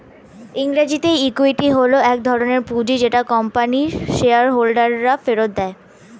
ইংরেজিতে ইক্যুইটি হল এক ধরণের পুঁজি যেটা কোম্পানির শেয়ার হোল্ডাররা ফেরত দেয়